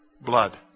Blood